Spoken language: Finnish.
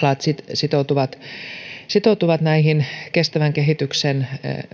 sitoutuvat sitoutuvat näihin kestävän kehityksen